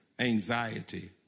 Anxiety